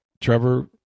Trevor